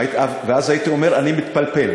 ואז הייתי אומר, אני מתפלפל.